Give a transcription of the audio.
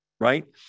right